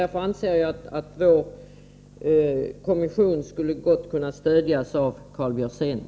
Därför anser jag att Karl Björzén gott skulle kunna stödja den av oss föreslagna kommissionen.